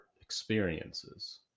experiences